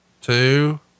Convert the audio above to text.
two